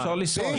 אפשר לנסוע.